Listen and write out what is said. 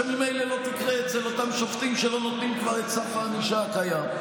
שממילא לא תקרה אצל אותם שופטים שלא נותנים כבר את סף הענישה הקיים.